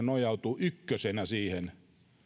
nojautuu ykkösenä siihen